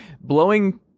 Blowing